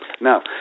Now